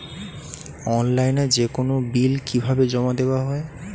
অনলাইনে যেকোনো বিল কিভাবে জমা দেওয়া হয়?